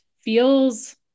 feels